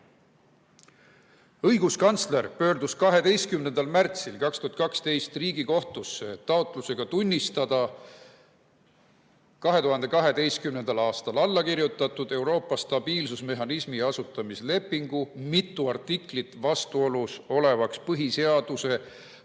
Õiguskantsler pöördus 12. märtsil 2012 Riigikohtusse taotlusega tunnistada 2012. aastal alla kirjutatud Euroopa stabiilsusmehhanismi asutamislepingu mitu artiklit vastuolus olevaks põhiseaduse,